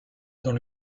dans